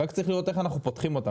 רק צריך לראות איך אנחנו פותחים אותן.